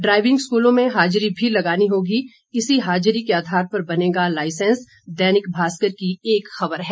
driving स्कूलों में हाजिरी भी लगानी होगी इसी हाजिरी के आधार पर बनेगा लाइसेंस दैनिक भास्कर की एक खबर है